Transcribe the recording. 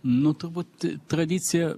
nu turbūt tradicija